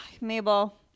Mabel